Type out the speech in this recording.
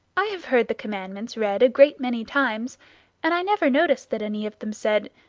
i have heard the commandments read a great many times and i never noticed that any of them said,